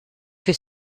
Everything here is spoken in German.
für